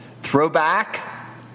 throwback